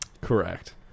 Correct